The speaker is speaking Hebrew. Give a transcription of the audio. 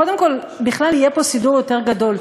קודם כול, בכלל, יהיה פה סידור יותר גדול.